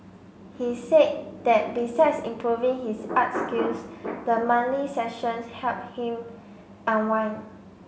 he said that besides improving his art skills the monthly sessions help him unwind